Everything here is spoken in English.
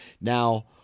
Now